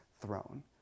throne